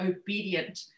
obedient